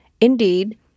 Indeed